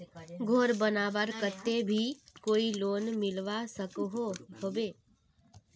घोर बनवार केते भी कोई लोन मिलवा सकोहो होबे?